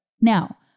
Now